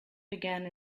began